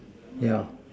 yeah